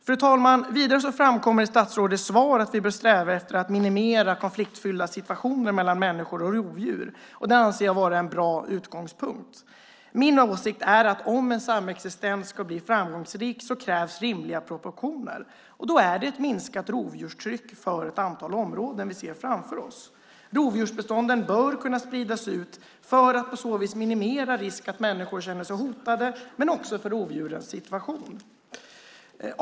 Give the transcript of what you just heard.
Fru talman! Vidare framkommer det i statsrådets svar att vi bör sträva efter att minimera konfliktfyllda situationer mellan människor och rovdjur, och det anser jag vara en bra utgångspunkt. Min åsikt är att om en samexistens ska bli framgångsrik krävs rimliga proportioner, och då är det ett minskat rovdjurstryck på ett antal områden vi ser framför oss. Rovdjursbestånden bör kunna spridas ut för att på så vis minimera risk att människor känner sig hotade, men det är bra också för rovdjurens situation.